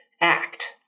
act